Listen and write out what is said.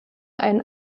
einen